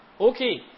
okay